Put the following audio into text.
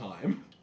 time